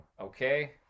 okay